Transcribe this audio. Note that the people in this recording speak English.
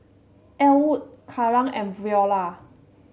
Elwood Karan and Viola